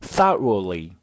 Thoroughly